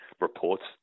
reports